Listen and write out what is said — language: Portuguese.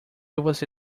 você